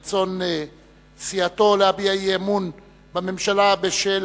אשר יעלה ויבוא וינמק את רצון סיעתו להביע אי-אמון בממשלה בשל